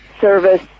service